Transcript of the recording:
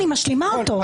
אני משלימה אותו.